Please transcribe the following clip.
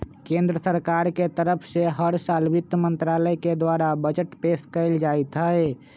केन्द्र सरकार के तरफ से हर साल वित्त मन्त्रालय के द्वारा बजट पेश कइल जाईत हई